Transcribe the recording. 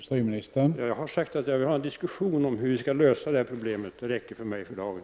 Herr talman! Jag har sagt att jag vill ha en diskussion om hur vi skall lösa detta problem, och det räcker för mig för dagen.